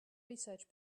research